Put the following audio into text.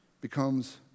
becomes